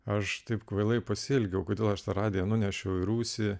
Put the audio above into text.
aš taip kvailai pasielgiau kodėl aš tą radiją nunešiau į rūsį